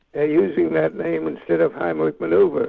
ah using that name instead of heimlich manoeuvre. but